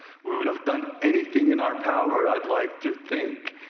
we would have done anything in our power, i would like to think,